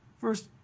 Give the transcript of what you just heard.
first